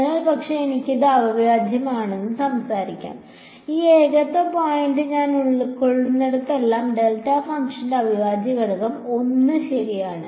അതിനാൽ പക്ഷേ എനിക്ക് ഇത് അവിഭാജ്യമാണെന്ന് സംസാരിക്കാം ഈ ഏകത്വ പോയിന്റ് ഞാൻ ഉൾക്കൊള്ളുന്നിടത്തോളം ഡെൽറ്റ ഫംഗ്ഷന്റെ അവിഭാജ്യ ഘടകം 1 ശരിയാണ്